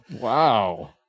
Wow